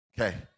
Okay